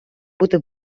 бути